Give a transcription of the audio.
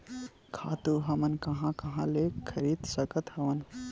खातु हमन कहां कहा ले खरीद सकत हवन?